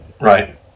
Right